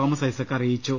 Thomas Isaac അറിയിച്ചു